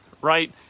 right